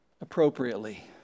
appropriately